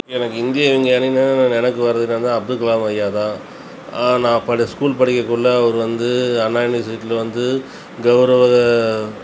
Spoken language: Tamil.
எனக்கு இந்திய விஞ்ஞானின்னா நினவுக்கு வரது என்னன்னா அப்துல்கலாம் ஐயா தான் நான் படி ஸ்கூல் படிக்கக்குள்ளே அவர் வந்து அண்ணா யூனிவர்சிட்டில வந்து கௌரவர்